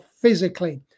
physically